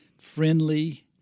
friendly